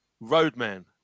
Roadman